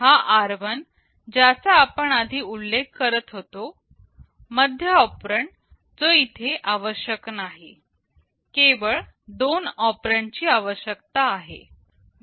हा r1 ज्याचा आपण आधी उल्लेख करत होतो मध्य ऑपरेंड जो इथे आवश्यक नाही केवळ दोन ऑपरेंड ची आवश्यकता आहे